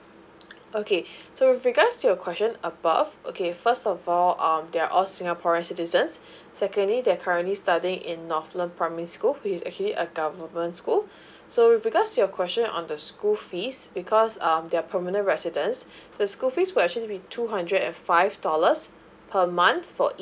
okay so because your question above okay first of all um they're all singaporeans citizens secondly they're currently studying in northland primary school which is actually a government school so because your question on the school fees because um they're permanent residents the school fees would actually be two hundred and five dollars per month for